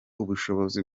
ubushobozi